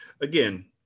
Again